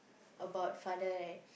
about father right